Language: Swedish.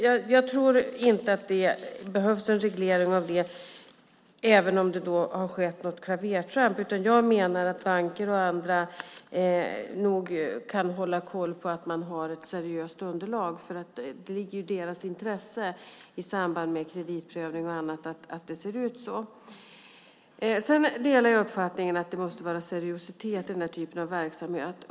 Jag tror inte att det behövs en reglering av det, även om det har skett något klavertramp. Jag menar att banker och andra nog kan hålla koll på att man har ett seriöst underlag. Det ligger ju i deras intresse i samband med kreditprövning och annat att det ser ut så. Jag delar uppfattningen att det måste vara seriositet i den här typen av verksamhet.